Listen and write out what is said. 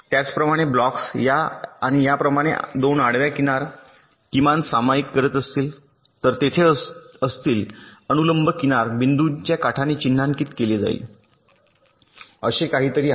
त्याचप्रमाणे ब्लॉक्स या आणि याप्रमाणे 2 आडव्या किनार सामायिक करीत असतील तर तेथे असतील अनुलंब किनार बिंदूच्या काठाने चिन्हांकित केले जाईल असे काहीतरी आहे